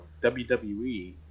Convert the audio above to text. WWE